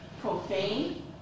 profane